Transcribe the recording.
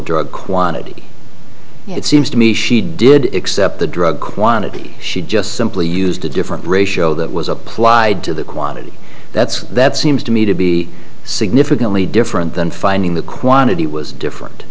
drug quantity it seems to me she did except the drug quantity she just simply used a different ratio that was applied to the quantity that's that seems to me to be significantly different than finding the quantity was different